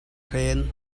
hren